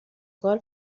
کار